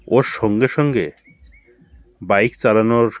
ও সঙ্গে সঙ্গে বাইক চালানোর